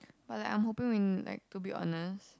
but like I'm hoping when like to be honest